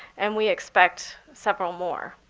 and we expect several more.